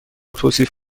توصیف